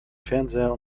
fernseher